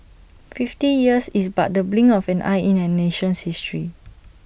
fifty years is but the blink of an eye in A nation's history